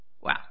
Wow